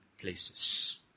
places